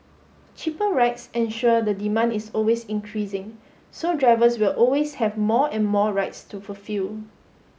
cheaper rides ensure the demand is always increasing so drivers will always have more and more rides to fulfil